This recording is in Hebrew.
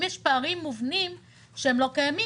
האם יש פערים מובנים שהם לא קיימים